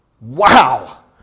Wow